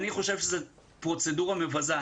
אני חושב שזו פרוצדורה מבזה.